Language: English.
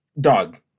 dog